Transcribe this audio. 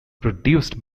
produced